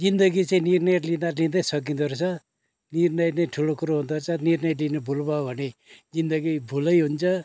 जिन्दगी चाहिँ निर्णय लिँदा लिँदै सकिँदो रहेछ निर्णय नै ठुलो कुरा हुँदो रहेछ निर्णय लिनु भुल भयो भने जिन्दगी भुलै हुन्छ